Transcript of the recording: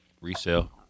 Resale